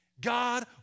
God